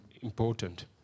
important